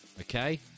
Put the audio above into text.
okay